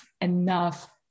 enough